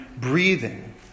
breathing